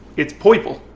it's purple.